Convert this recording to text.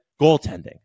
goaltending